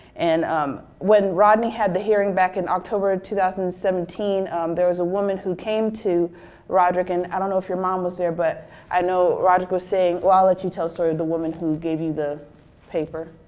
and um when rodney had the hearing back in october two thousand and seventeen there was a woman who came to rodrick and i don't know if your mom was there but i know rodrick was saying well i'll ah let you tell story of the woman who gave you the paper.